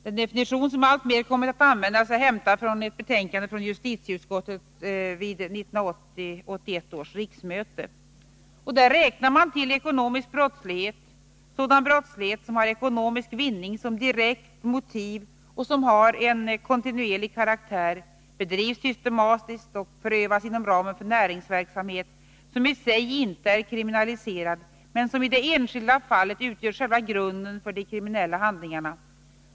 Den definition som alltmer kommit att användas är hämtad från ett betänkande från justitieutskottet vid 1980/81 års riksmöte. Man räknar där till ekonomisk brottslighet sådan brottslighet som har ekonomisk vinning som direkt motiv och som har en kontinuerlig karaktär, bedrivs systematiskt och förövas inom ramen för näringsverksamhet som i sig inte är kriminaliserad men som i det enskilda fallet utgör själva grunden för de kriminella handlingarna.